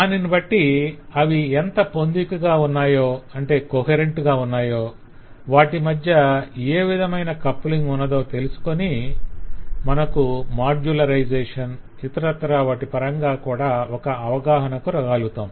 దానిని బట్టి అవి ఎంత పొందికగా ఉన్నాయో కొహెరెంట్ coherent వాటి మధ్య ఎ విధమైన కప్లింగ్ ఉన్నదో తెలుసుకొని మనకు మాడ్యులరైజేషన్ ఇతరత్రా వాటి పరంగా కూడా ఒక అవగాహనకు రాగాలుగతాం